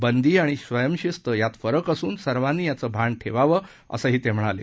बंदी आणि स्वयंशिस्त यात फरक असून सर्वांनी याचे भान ठेवावं असंही ते म्हणाले